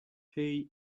hay